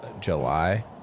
July